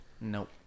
Nope